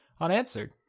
unanswered